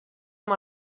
amb